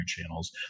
channels